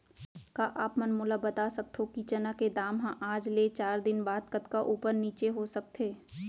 का आप मन मोला बता सकथव कि चना के दाम हा आज ले चार दिन बाद कतका ऊपर नीचे हो सकथे?